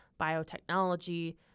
biotechnology